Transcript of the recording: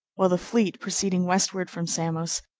while the fleet, proceeding westward from samos,